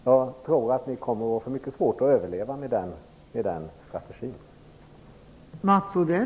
Jag tror att ni kommer att få mycket svårt att överleva med den strategin.